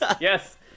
Yes